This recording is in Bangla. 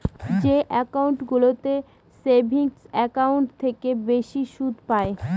যে একাউন্টগুলোতে সেভিংস একাউন্টের থেকে বেশি সুদ পাই